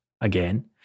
again